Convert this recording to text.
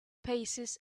paces